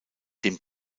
dem